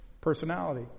personality